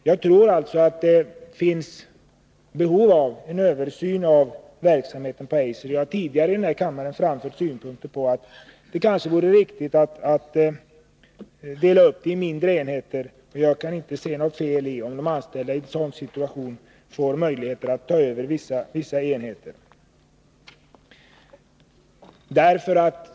Jag tror att det finns behov av en översyn av Eisers verksamhet. Jag har tidigare i denna kammare framfört synpunkten att det kanske vore riktigt att dela upp Eiser i mindre enheter. Jag kan inte se något fel i att de anställda i en sådan situation får möjlighet att ta över vissa enheter.